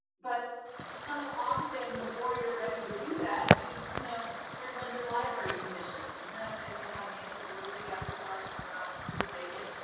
but so often before you're ready to do that, you've you know served on your library commission. isn't that, i think, um nancy pelosi got her start, if i'm not mistaken.